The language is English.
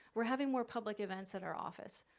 we're having more public events at our office.